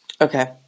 Okay